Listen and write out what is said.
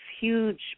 huge